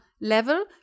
level